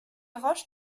roches